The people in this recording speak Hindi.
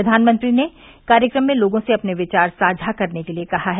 प्रधानमंत्री ने कार्यक्रम में लोगों से अपने विचार साझा करने के लिये कहा है